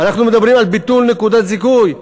אנחנו מדברים על ביטול נקודת זיכוי.